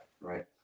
right